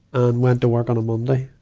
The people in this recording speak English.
and went to work on a monday.